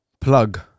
Plug